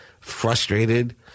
frustrated